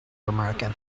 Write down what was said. american